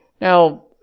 Now